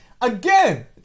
Again